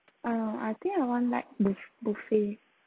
uh I think I want like buf~ buffet